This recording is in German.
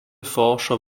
forscher